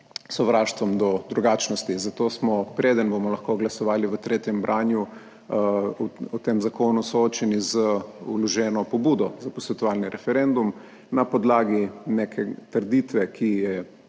sovraštvom do drugačnosti. Zato smo, preden bomo lahko glasovali v tretjem branju, o tem zakonu soočeni z vloženo pobudo za posvetovalni referendum na podlagi neke trditve, ki je